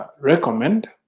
recommend